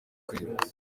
kugira